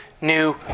new